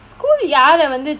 school yard leh வந்து:vanthu